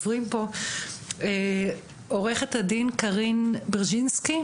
עורכת הדין קארין ברגינסקי,